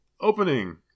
Opening